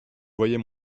voyais